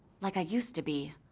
like i used to be,